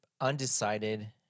undecided